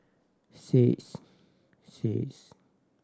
six six